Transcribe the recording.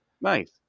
Nice